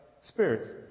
spirits